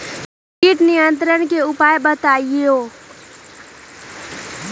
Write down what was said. किट नियंत्रण के उपाय बतइयो?